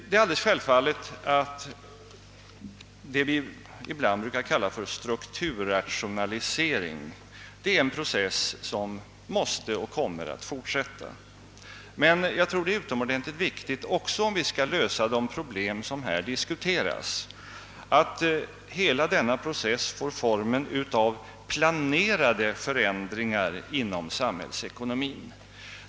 Det är självfallet att det vi ibland brukar kalla för strukturrationalisering är en process som måste och kommer att fortsätta, men jag tror att det också är viktigt, om vi skall kunna lösa de problem som här diskuteras, att hela denna process får formen av planerade förändringar inom samhällsekonomin.